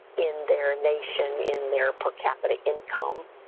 in their nation, in their per capita income.